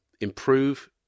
improve